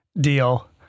deal